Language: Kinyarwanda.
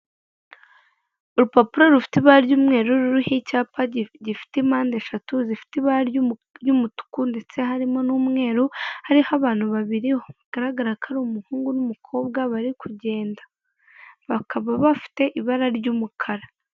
Urupapuro rufite ibara ry'umweruru ruho icyapa gifite impande eshatu zifite ibara ry'umutuku ndetse harimo n'umweru hariho abantu babiri bagaragara ko ari umuhungu n'umukobwa bari kugenda bakaba bafite ibara ry'umukara.